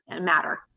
matter